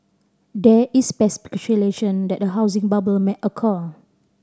there is speculation that a housing bubble may occur